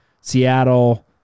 Seattle